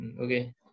Okay